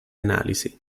analisi